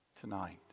tonight